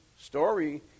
story